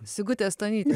sigutė stonytė